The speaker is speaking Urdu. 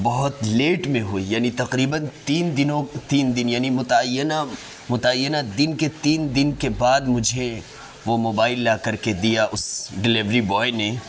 بہت ليٹ ميں ہوئى يعنى تقريباً تين دنوں تين دن يعنى متعینہ متعینہ دن کے تین دن کے بعد مجھے وہ موبائل لا کر کے دیا اس ڈیلیوری بوائے نے